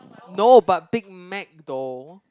no but Big Mac though